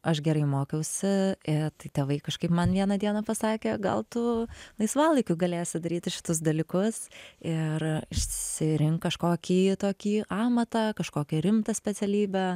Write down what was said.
aš gerai mokiausi ir tai tėvai kažkaip man vieną dieną pasakė gal tu laisvalaikiu galėsi daryti šitus dalykus ir išsirink kažkokį tokį amatą kažkokią rimtą specialybę